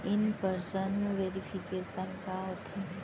In person verification का होथे?